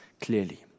clearly